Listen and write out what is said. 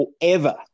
forever